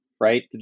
right